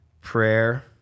Prayer